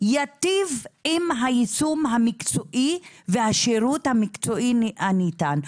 ייטיב עם היישום המקצועי והשירות המקצועי הניתן,